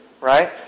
right